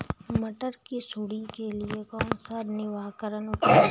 मटर की सुंडी के लिए कौन सा निवारक उपाय है?